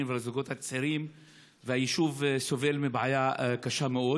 ולזוגות הצעירים והיישוב סובל מבעיה קשה מאוד,